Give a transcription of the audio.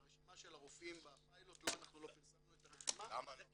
לא פרסמנו את הרשימה של הרופאים בפיילוט -- למה לא?